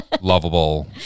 lovable